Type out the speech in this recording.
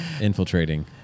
Infiltrating